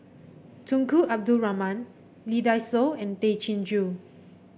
Tunku Abdul Rahman Lee Dai Soh and Tay Chin Joo